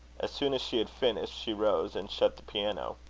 as soon as she had finished, she rose, and shut the piano.